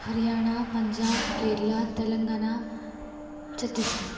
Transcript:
Haryana Punjab Kerala Telangana Chhattisgarh